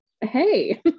hey